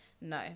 no